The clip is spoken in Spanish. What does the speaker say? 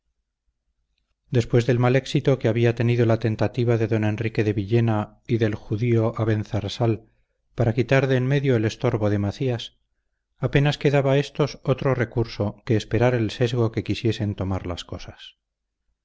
después del mal éxito que había tenido la tentativa de don enrique de villena y del judío abenzarsal para quitar de en medio el estorbo de macías apenas quedaba a éstos otro recurso que esperar el sesgo que quisiesen tomar las cosas